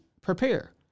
prepare